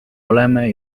oleme